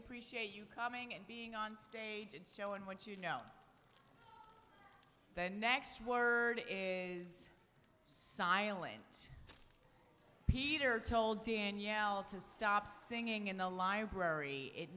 appreciate you coming and being on stage and showing what you know the next word is silent peter told daniele to stop singing in the library it